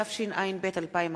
התשע”ב 2011,